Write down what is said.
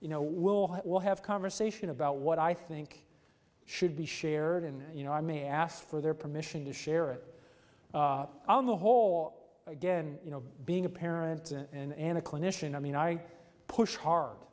you know will have will have conversation about what i think should be shared and you know i may ask for their permission to share it on the whole again you know being a parent and a clinician i mean i push hard